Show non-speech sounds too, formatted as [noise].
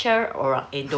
[laughs]